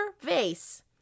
vase